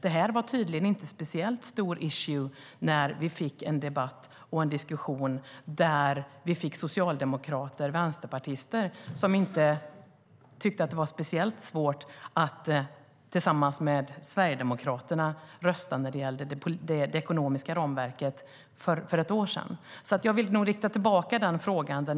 Det här var tydligen inte en speciellt stor issue när vi förde debatt och diskussion med socialdemokrater och vänsterpartister som inte tyckte att det var speciellt svårt att tillsammans med Sverigedemokraterna rösta när det gällde det ekonomiska ramverket för ett år sedan. Jag vill alltså rikta den frågan tillbaka till er.